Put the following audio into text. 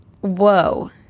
whoa